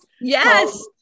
Yes